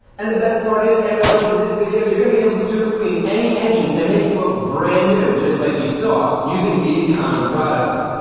and the best part is after watching this video, you're going to be able to super clean any engine and make it look brand new just like you saw using these common products.